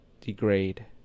degrade